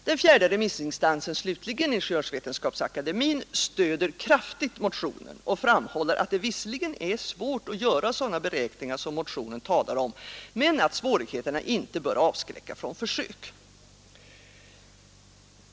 Den fjärde remissinstansen slutligen, nämligen Ingenjörsvetenskapsakademien, stöder kraftigt motionen och framhåller att det visserligen är svårt att göra sådana beräkningar som motionen talar om men att svårigheterna inte bör avskräcka från försök.